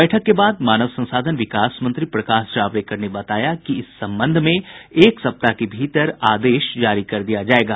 बैठक के बाद मानव संसाधन विकास मंत्री प्रकाश जावड़ेकर ने बताया कि इस संबंध में एक सप्ताह के भीतर आदेश जारी कर दिया जायेगा